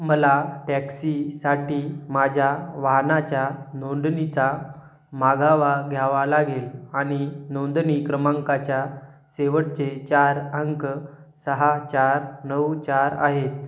मला टॅक्सी साठी माझ्या वाहनाच्या नोंदणीचा माघावा घ्यावा लागेल आणि नोंदणी क्रमांकाच्या शेवटचे चार अंक सहा चार नऊ चार आहेत